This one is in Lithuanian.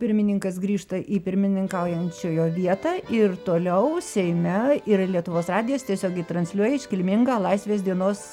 seimo pirmininkas grįžta į pirmininkaujančiojo vietą ir toliau seime yra lietuvos radijas tiesiogiai transliuoja iškilmingą laisvės dienos